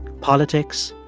politics,